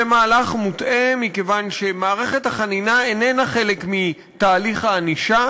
זה מהלך מוטעה מכיוון שמערכת החנינה איננה חלק מתהליך הענישה.